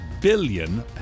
billion